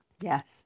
Yes